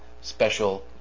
special